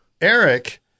Eric